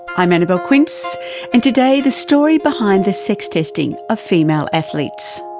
i'm annabelle quince and, today, the story behind the sex testing of female athletes.